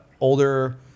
older